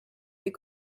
des